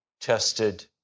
tested